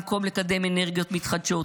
במקום לקדם אנרגיות מתחדשות,